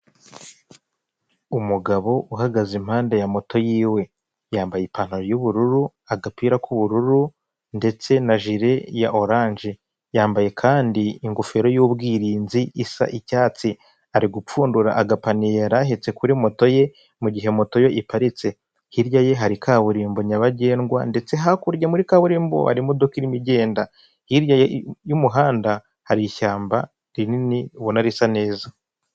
Umugabo uhagaze impande ya moto yiwe, yambaye ipantaro y'ubururu agapira k'ubururu ndetse na jire ya oranje. Yambaye kandi ingofero y'ubwirinzi isa icyatsi. Ari gupfundura agapaniye yari ahetse kuri moto ye, mugihe moto ye iparitse hirya ye hari kaburimbo nyabagendwa, ndetse hakurya muri kaburimbo harimo imodoka irimo igenda, hirya y'umuhanda hari ishyamba rinini ubona risa neza.